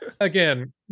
Again